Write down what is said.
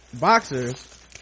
boxers